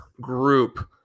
group